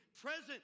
present